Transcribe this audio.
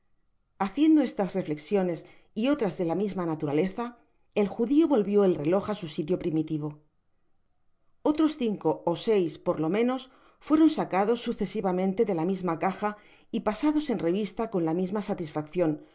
haciendo estas reflecciones y otras de la misma naturaleza el judio volvió el reló á su sitio primitivo otros cinco ó seis por lo menos fueron sacados sucesivamente de la misma caja y pasados en revista con la misma satisfacción